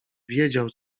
wiedział